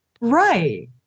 Right